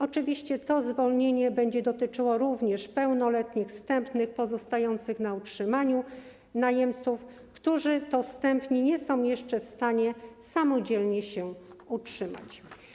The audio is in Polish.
Oczywiście to zwolnienie będzie dotyczyło również pełnoletnich zstępnych pozostających na utrzymaniu najemców, którzy to zstępni nie są jeszcze w stanie samodzielnie się utrzymać.